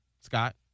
Scott